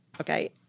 Okay